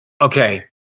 Okay